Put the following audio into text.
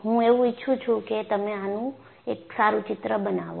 હું એવું ઈચ્છું છું કે તમે આનું એક સારું ચિત્ર બનાવો